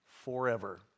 forever